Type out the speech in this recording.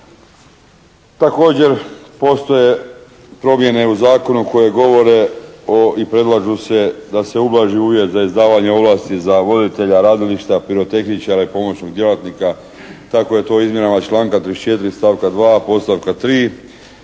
Također postoje promjene u zakonu koje govore o, i predlaže se da se uvaži uvjet za izdavanje ovlasti za voditelja radilišta, pirotehničara i pomoćnog djelatnika. Tako je to izmjenama članka 34. stavka 2. podstavka 3.